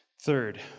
Third